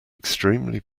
extremely